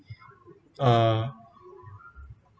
uh